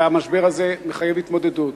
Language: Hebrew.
והמשבר הזה מחייב התמודדות.